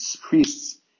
priests